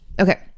okay